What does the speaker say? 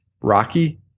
rocky